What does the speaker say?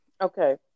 okay